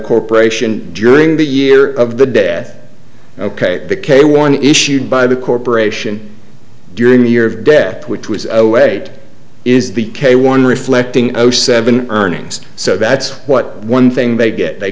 corporation during the year of the death ok the k one issued by the corporation during the year of death which was a weight is the k one reflecting i was seven earnings so that's what one thing they get they